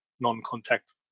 non-contact